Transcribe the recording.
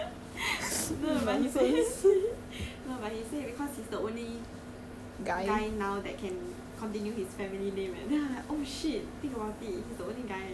not now not now no no but he say no but he say because he is the only guy now that can continue his family name eh